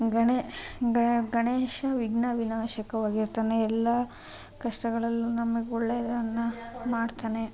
ಗಣೇ ಗ ಗಣೇಶ ವಿಘ್ನ ವಿನಾಶಕವಾಗಿರ್ತಾನೆ ಎಲ್ಲ ಕಷ್ಟಗಳಲ್ಲೂ ನಮಗೆ ಒಳ್ಳೆಯದನ್ನು ಮಾಡ್ತಾನೆ